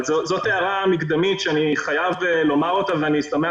זאת הערה מקדמית שהייתי חייב ומר אותה ואני שמח